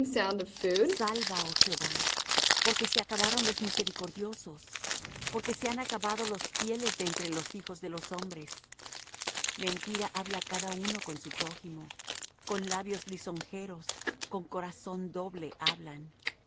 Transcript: salva oh jehová porque se acabaron los misericordiosos porque se han acabado los fieles de entre los hijos de los hombres mentira habla cada uno con su prójimo con labios lisonjeros con corazón doble hablan